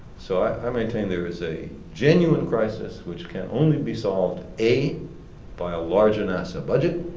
so, i maintain there is a genuine crisis which can only be solved a by a larger nasa budget